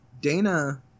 dana